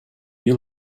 you